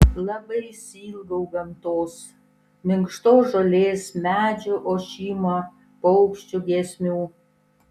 labai išsiilgau gamtos minkštos žolės medžių ošimo paukščių giesmių